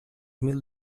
mil